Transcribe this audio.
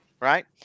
Right